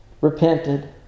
repented